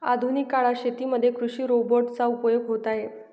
आधुनिक काळात शेतीमध्ये कृषि रोबोट चा उपयोग होत आहे